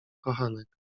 kochanek